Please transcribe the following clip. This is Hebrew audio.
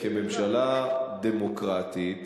כממשלה דמוקרטית,